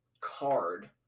card